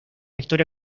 historia